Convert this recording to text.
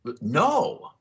no